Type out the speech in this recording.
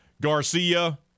Garcia